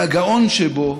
הגאון שבו